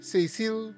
Cecil